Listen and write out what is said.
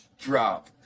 drop